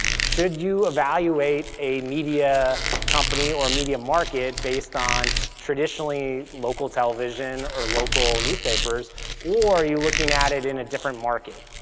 should you evaluate a media company or a media market based on traditionally local television or local newspapers or are you looking at it in a different market?